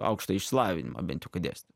aukštąjį išsilavinimą bent jau kai dėstė